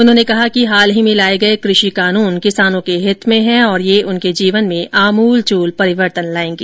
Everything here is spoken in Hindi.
उन्होंने कहा कि हाल ही में लाए गए कृषि कानून किसानों के हित में है और यह उनके जीवन में आमूलचूल परिवर्तन लाएगा